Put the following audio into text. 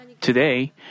Today